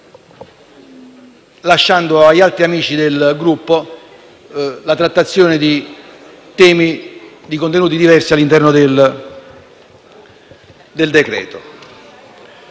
lasciando agli altri amici del Gruppo la trattazione di temi di contenuto diverso all’interno del decreto-legge.